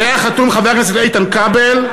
עליה חתום חבר הכנסת איתן כבל,